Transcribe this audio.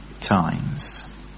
times